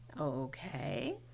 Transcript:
Okay